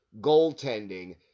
goaltending